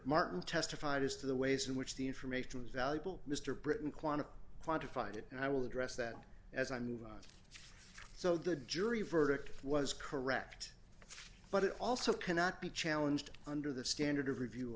martin testified as to the ways in which the information was valuable mr britton quanah quantified it and i will address that as i move on so the jury verdict was correct but it also cannot be challenged under the standard of review